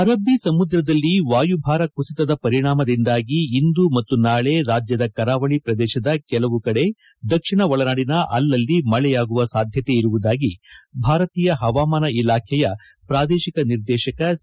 ಅರಬ್ಬಿ ಸಮುದ್ರದಲ್ಲಿ ವಾಯುಭಾರ ಕುಸಿತದ ಪರಿಣಾಮದಿಂದಾಗಿ ಇಂದು ಮತ್ತು ನಾಳೆ ರಾಜ್ದದ ಕರಾವಳಿ ಪ್ರದೇಶದ ಕೆಲವು ಕಡೆ ದಕ್ಷಿಣ ಒಳನಾಡಿನ ಅಲಲ್ಲಿ ಮಳೆಯಾಗುವ ಸಾಧ್ಯತೆಯಿರುವುದಾಗಿ ಭಾರತೀಯ ಹವಾಮಾನ ಇಲಾಖೆಯ ಪ್ರಾದೇಶಿಕ ನಿರ್ದೇಶಕ ಸಿ